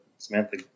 Samantha